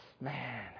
man